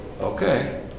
okay